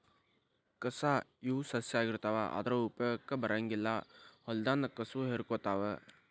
ಕಸಾ ಇವ ಸಸ್ಯಾ ಆಗಿರತಾವ ಆದರ ಉಪಯೋಗಕ್ಕ ಬರಂಗಿಲ್ಲಾ ಹೊಲದಾನ ಕಸುವ ಹೇರಕೊತಾವ